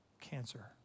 cancer